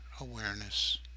awareness